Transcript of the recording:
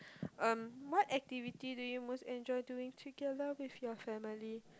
um what activity do you most enjoy doing together with your family